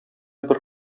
бер